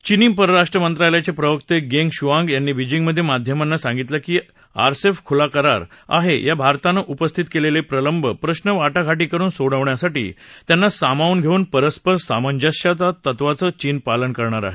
चीनी परराष्ट्र मंत्रालयाचे प्रवक्ते गेंग शुआंग यांनी बीजिंगमध्ये माध्यमांना सांगितलं की आरसीईपी खुला करार आहे आणि भारतानं उपस्थित केलेले प्रलंबित प्रश्न वाटाघाटी करून सोडवण्यासाठी त्यांना सामावून घेऊन परस्पर सामंजस्याच्या तत्वांचं चीन पालन करणार आहे